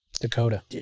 Dakota